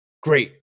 great